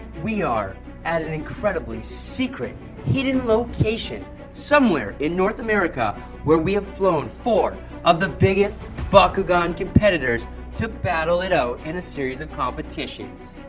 we are at an incredibly secret hidden location somewhere in north america where we have flown four of the biggest bakugan competitors to battle it out in a series of competitions.